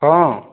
ହଁ